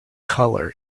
colour